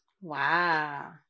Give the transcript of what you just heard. Wow